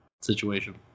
situation